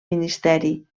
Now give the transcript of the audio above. ministeri